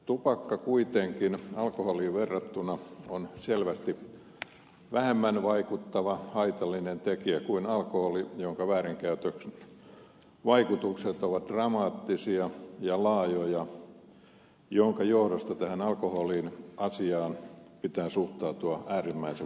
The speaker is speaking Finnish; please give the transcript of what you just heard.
tupakka kuitenkin alkoholiin verrattuna on selvästi vähemmän haitallinen tekijä kuin alkoholi jonka väärinkäytön vaikutukset ovat dramaattisia ja laajoja minkä johdosta tähän alkoholiasiaan pitää suhtautua äärimmäisen vakavasti